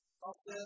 Okay